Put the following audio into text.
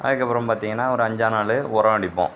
அதுக்கப்புறம் பார்த்திங்கனா ஒரு அஞ்சாம் நாள் உரம் அடிப்போம்